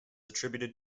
attributed